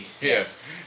Yes